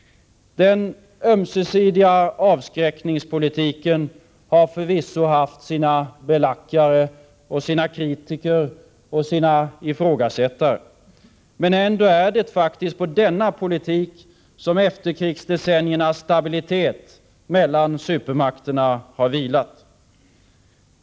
Den ömsesidiga avskräckningspolitiken har förvisso haft sina belackare och kritiker, men ändå är det på denna politik som efterkrigsdecenniernas stabilitet mellan supermakterna har vilat.